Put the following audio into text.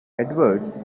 edwards